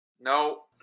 no